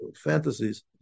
fantasies